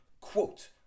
quote